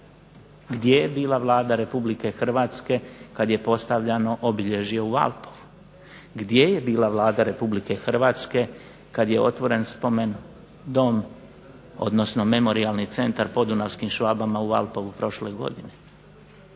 Gdje je bila Vlada Republike Hrvatske kad je postavljano obilježje u Valpovu? Gdje je bila Vlada Republike Hrvatske kad je otvoren spomen dom odnosno memorijalni centar podunavskim Švabama u Valpovu prošle godine?